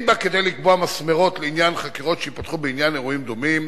בה כדי לקבוע מסמרות לעניין חקירות שייפתחו בעניין אירועים דומים,